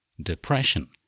depression